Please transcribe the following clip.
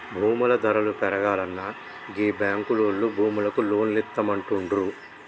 భూముల ధరలు పెరుగాల్ననా గీ బాంకులోల్లు భూములకు లోన్లిత్తమంటుండ్రు